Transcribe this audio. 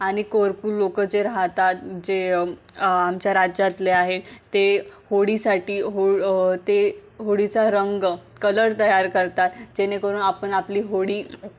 आणि कोरकूर लोकं जे राहतात जे आमच्या राज्यातले आहेत ते होडीसाठी हो ते होडीचा रंग कलर तयार करतात जेणेकरून आपण आपली होडी